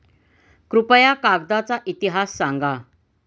कृपया कागदाचा इतिहास सांगा